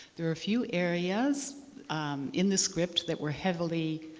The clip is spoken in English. there were a few areas in the script that were heavily